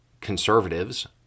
conservatives